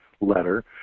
letter